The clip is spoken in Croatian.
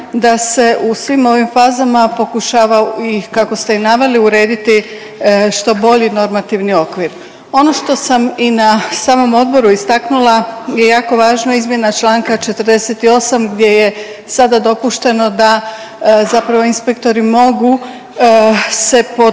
da se u svim ovim fazama pokušava, kako ste i naveli, urediti što bolji normativni okvir. Ono što sam i na samom odboru istaknula je jako važno izmjena čl. 48, gdje je sada dopušteno da zapravo inspektori mogu se pod